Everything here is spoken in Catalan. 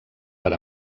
per